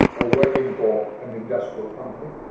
or working for an industrial company,